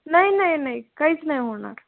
नाही नाही नाही काहीच नाही होणार